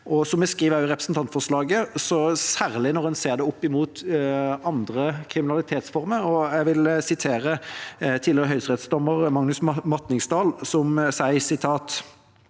også skriver i representantforslaget, særlig når en ser det opp mot andre kriminalitetsformer. Jeg vil sitere tidligere høyesterettsdommer Magnus Matningsdal, som skriver: